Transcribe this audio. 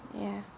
ya